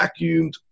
vacuumed